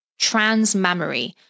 transmammary